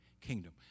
kingdom